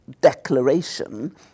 declaration